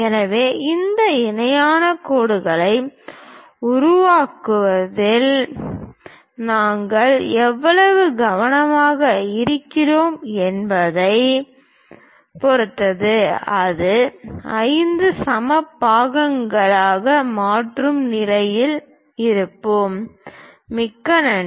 எனவே இந்த இணையான கோடுகளை உருவாக்குவதில் நீங்கள் எவ்வளவு கவனமாக இருக்கிறீர்கள் என்பதைப் பொறுத்தது அதை 5 சம பாகங்களாக மாற்றும் நிலையில் இருப்போம்